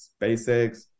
SpaceX